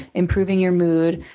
improving your mood.